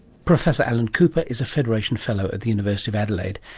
professor alan cooper is a federation fellow at the university of adelaide,